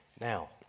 Now